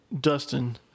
Dustin